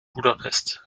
budapest